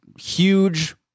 huge